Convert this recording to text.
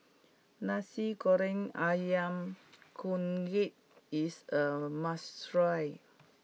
Nasi Goreng Ayam Kunyit is a must try